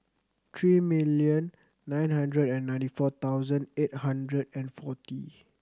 three million nine hundred and ninety four thousand eight hundred and forty